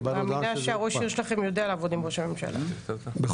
קיבלנו הודעה שזה הוקפא.